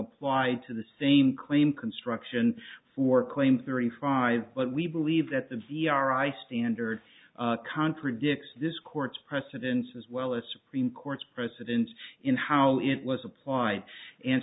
applied to the same claim construction for claim thirty five but we believe that the g r i stand or contradicts this court's precedents as well as supreme court's precedents in how it was applied and